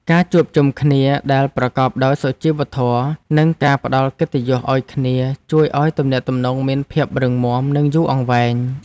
ការជួបជុំគ្នាដែលប្រកបដោយសុជីវធម៌ និងការផ្ដល់កិត្តិយសឱ្យគ្នាជួយឱ្យទំនាក់ទំនងមានភាពរឹងមាំ និងយូរអង្វែង។